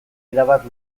erabat